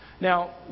Now